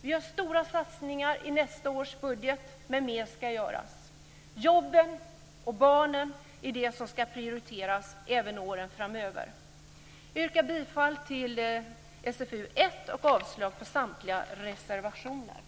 Vi gör stora satsningar i nästa års budget men mer ska göras. Jobben och barnen är det som ska prioriteras även åren framöver. Jag yrkar bifall till utskottets hemställan i SfU1